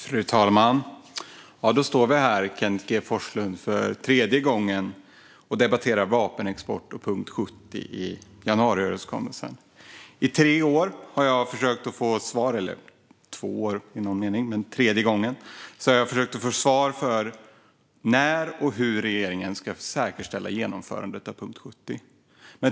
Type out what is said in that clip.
Fru talman! Ja, då står vi här för tredje gången, Kenneth G Forslund, och debatterar vapenexport och punkt 70 i januariöverenskommelsen. För tredje gången har jag försökt få svar på när och hur regeringen ska säkerställa genomförandet av punkt 70.